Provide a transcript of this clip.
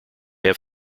have